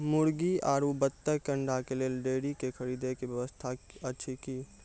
मुर्गी आरु बत्तक के अंडा के लेल डेयरी के खरीदे के व्यवस्था अछि कि?